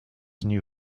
knew